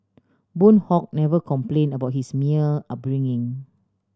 Boon Hock never complain about his upbringing